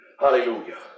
Hallelujah